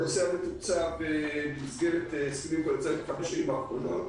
הנושא מתוקצב במסגרת הסכמים קואליציוניים בחמש השנים האחרונות.